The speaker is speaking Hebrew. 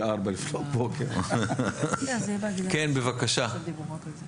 כן, בבקשה.